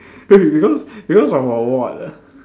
eh because because of the ward ah